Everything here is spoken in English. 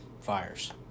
fires